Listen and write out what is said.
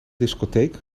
discotheek